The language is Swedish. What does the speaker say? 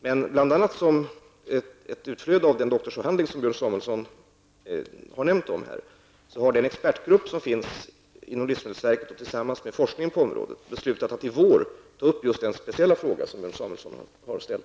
Men bl.a. som ett utflöde av den doktorsavhandling Björn Samuelson har nämnt här, har den expertgrupp som finns inom livsmedelsverket tillsammans med forskare på området beslutat att i vår ta upp just den speciella fråga som Björn Samuelson här har ställt.